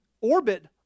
orbit